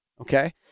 Okay